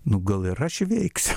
nu gal ir aš įveiksiu